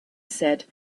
said